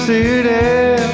City